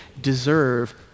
deserve